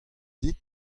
dit